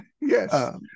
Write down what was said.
Yes